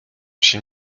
się